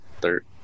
third